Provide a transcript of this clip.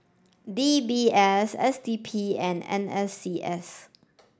D B S S D P and N S C S